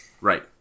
Right